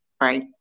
right